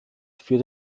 für